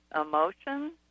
emotions